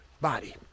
body